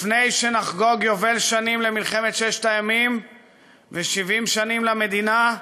לפני שנחגוג יובל שנים למלחמת ששת הימים ו-70 שנים למדינה,